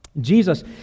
Jesus